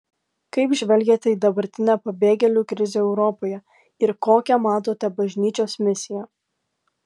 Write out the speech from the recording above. kaip žvelgiate į dabartinę pabėgėlių krizę europoje ir kokią matote bažnyčios misiją